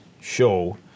show